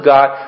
God